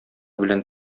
белән